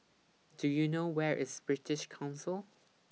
Do YOU know Where IS British Council